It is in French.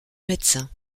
médecin